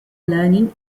learning